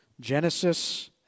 Genesis